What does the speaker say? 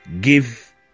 give